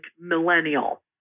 millennial